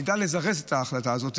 נדע לזרז את ההחלטה הזאת.